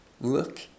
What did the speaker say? look